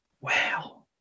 wow